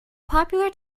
popular